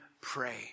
pray